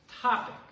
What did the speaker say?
Topic